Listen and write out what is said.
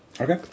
Okay